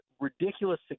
ridiculous